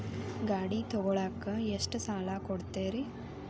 ಗಾಡಿ ತಗೋಳಾಕ್ ಎಷ್ಟ ಸಾಲ ಕೊಡ್ತೇರಿ?